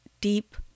deep